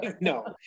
no